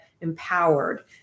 empowered